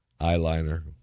Eyeliner